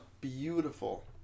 beautiful